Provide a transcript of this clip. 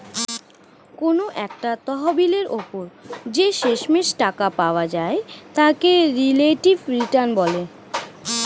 কোনো একটা তহবিলের উপর যে শেষমেষ টাকা পাওয়া যায় তাকে রিলেটিভ রিটার্ন বলে